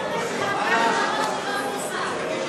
חבר הכנסת סלומינסקי,